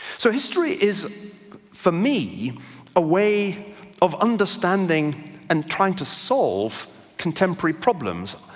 so history is for me a way of understanding and trying to solve contemporary problems.